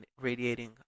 radiating